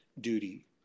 duty